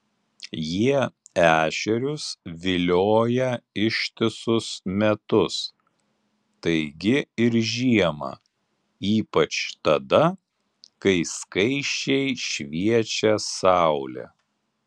jie ešerius vilioja ištisus metus taigi ir žiemą ypač tada kai skaisčiai šviečia saulė